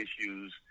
issues